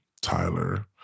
Tyler